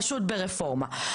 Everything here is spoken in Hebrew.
פשוט ברפורמה.